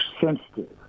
sensitive